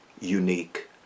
unique